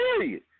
Period